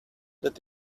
that